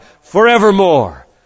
forevermore